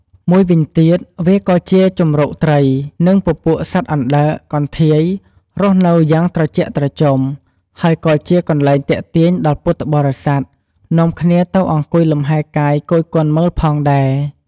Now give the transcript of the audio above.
មួយវិញទៀត វាក៏ជាជម្រត្រី និងពពួកសត្វអណ្តើរ កន្ធាយ រស់នៅយ៉ាងត្រជាក់ត្រជំហើយក៏ជាកន្លែងទាក់ទាញដល់ពុទ្ធបរិស័ទនាំគ្នាទៅអង្គុយលំហែលកាយគយគន់មើលផងដែរ។